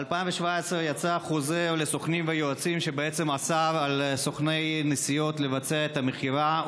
יצא חוזר לסוכנים ויועצים שאסר על סוכני נסיעות לבצע את המכירה,